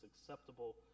acceptable